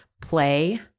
play